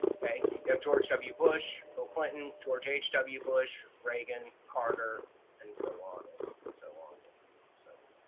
okay? you have george w. bush, bill clinton, george h w bush, reagan, carter and so on and so on. yeah so